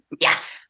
yes